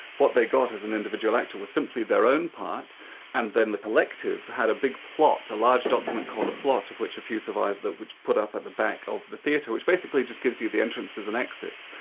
what they got as an individual actor was simply their own part and then the collective had a big plot, a large document called a plot, of which a few survived, which were put up at the back of the theatre, which basically just gives you the entrances and exits.